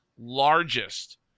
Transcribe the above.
largest